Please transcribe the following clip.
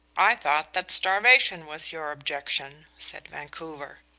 i thought that starvation was your objection, said vancouver.